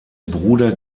bruder